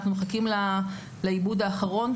אנחנו מחכים לעיבוד האחרון,